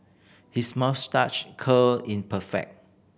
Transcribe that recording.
his moustache curl in perfect